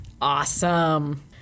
Awesome